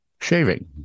shaving